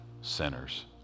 sinners